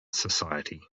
society